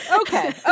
Okay